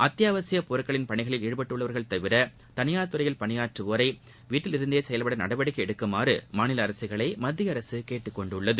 அத்தியாவசியப்பொருட்களில் பணிகளில் ஈடுபட்டுள்ளவர்கள் தவிர தனியார் துறையில் பணியாற்றுவோரை வீட்டிலிருந்தே செயல்பட நடவடிக்கை எடுக்குமாறு மாநில அரசுகளை மத்திய அரசு கேட்டுக்கொண்டுள்ளது